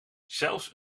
zelfs